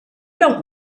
dont